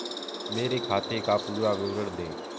मेरे खाते का पुरा विवरण दे?